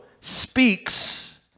speaks